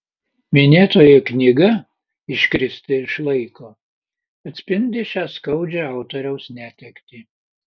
minėtoji knyga iškristi iš laiko atspindi šią skaudžią autoriaus netektį